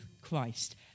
Christ